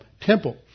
temple